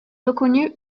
reconnu